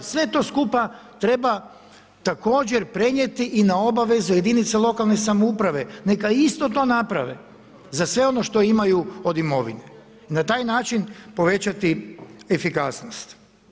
Sve to skupa treba također prenijeti i na obavezu jedinica lokalne samouprave, neka isto to naprave za sve ono što imaju od imovine i na taj način povećati efikasnost.